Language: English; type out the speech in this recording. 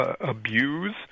abuse